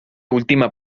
última